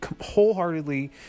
wholeheartedly